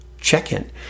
check-in